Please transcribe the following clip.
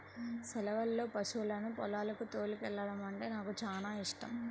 సెలవుల్లో పశువులను పొలాలకు తోలుకెల్లడమంటే నాకు చానా యిష్టం